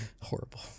horrible